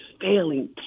failing